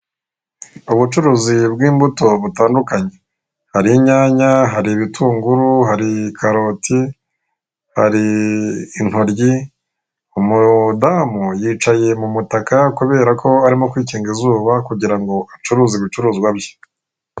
Ubucuruzi bw'imbuto butandukanye. Hari inyanya, hari ibitunguru, hari karoti, hari intoryi, umudamu yicaye mu mutaka kubera ko arimo kwikinga izuba kugira ngo acuruze ibicuruzwa bye.